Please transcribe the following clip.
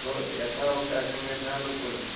भवतु यथा अवकाशं यथानुकूलं